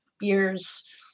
years